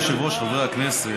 אדוני היושב-ראש, חברי הכנסת,